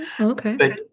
Okay